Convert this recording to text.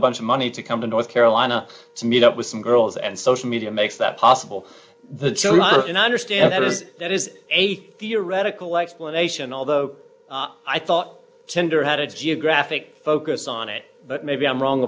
a bunch of money to come to north carolina to meet up with some girls and social media makes that possible the children understand that is that is a theoretical explanation although i thought tender had its geographic focus on it but maybe i'm wrong